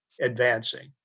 advancing